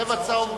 צבע צהוב הוא